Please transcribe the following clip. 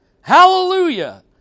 Hallelujah